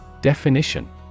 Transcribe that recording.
Definition